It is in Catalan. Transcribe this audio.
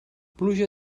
pluja